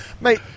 Mate